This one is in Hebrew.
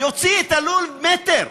יוציא את הלול מטר,